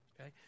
Okay